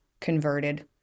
converted